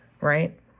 right